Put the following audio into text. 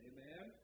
Amen